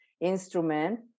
instrument